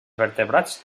vertebrats